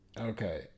Okay